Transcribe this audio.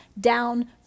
down